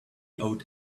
owed